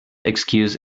excuse